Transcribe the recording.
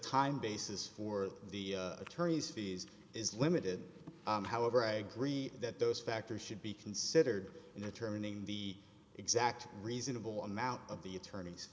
time basis for the attorney's fees is limited however i agree that those factors should be considered in the turning the exact reasonable amount of the attorney